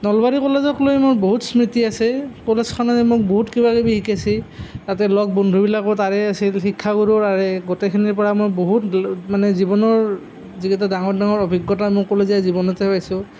নলবাৰী কলেজত লৈ মোৰ বহুত স্মৃতি আছে কলেজখনে মোক বহুত কিবা কিবি শিকাইছে তাতে লগ বন্ধুবিলাকো তাৰে আছিল শিক্ষাগুৰু তাৰে গোটেইখিনিৰ পৰা মই বহুত শিকিলোঁ মানে জীৱনৰ যিকেইটা ডাঙৰ ডাঙৰ অভিজ্ঞতা মোৰ কলেজীয়া জীৱনতেই পাইছোঁ